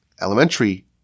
elementary